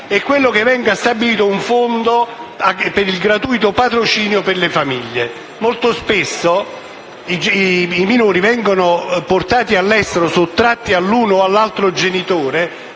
è che venga costituito un fondo per il gratuito patrocinio in favore delle famiglie. Molto spesso i minori vengono portati all'estero, sottratti all'uno o all'altro genitore,